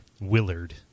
Willard